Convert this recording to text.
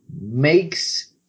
makes